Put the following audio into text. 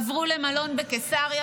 עברו למלון בקיסריה,